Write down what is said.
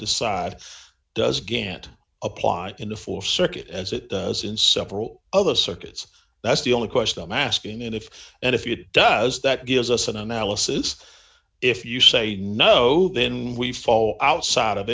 decide does gant apply in the four circuit as it is in several other circuits that's the only question i'm asking and if and if you does that gives us an analysis if you say no then we fall outside of